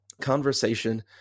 conversation